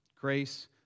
Grace